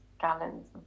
gallons